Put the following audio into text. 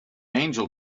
angel